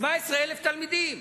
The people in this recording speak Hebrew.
17,000 תלמידים.